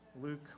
Luke